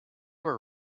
were